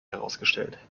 herausgestellt